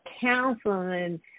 counseling